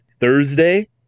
Thursday